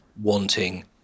wanting